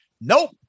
Nope